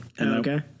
Okay